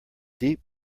deep